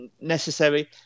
necessary